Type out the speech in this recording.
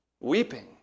weeping